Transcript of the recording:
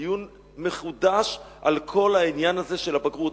דיון מחודש על כל העניין הזה של הבגרות.